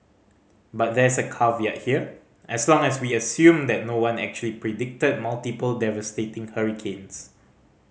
but there's a caveat here as long as we assume that no one actually predicted multiple devastating hurricanes